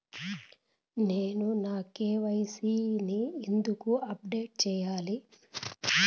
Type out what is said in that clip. నేను నా కె.వై.సి ని ఎందుకు అప్డేట్ చెయ్యాలి?